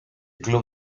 club